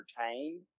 entertained